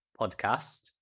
podcast